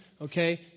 Okay